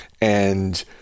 And-